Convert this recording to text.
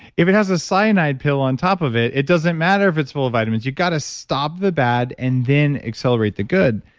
if it has a cyanide pill on top of it, it doesn't matter if it's full of vitamins. you got to stop the bad and then accelerate the good.